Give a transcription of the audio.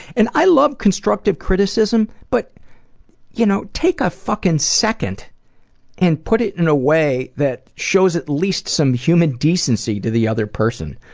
and i love constructive criticism but you know take a fucking second and put it in a way that shows at least some human decency to the other person.